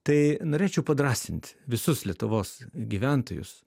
tai norėčiau padrąsint visus lietuvos gyventojus